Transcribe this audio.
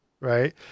right